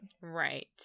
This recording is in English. Right